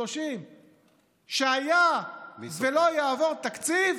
סעיף 30. 30, שהיה ולא יעבור תקציב,